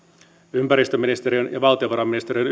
ympäristöministeriön ja valtiovarainministeriön